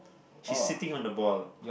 she's sitting on the ball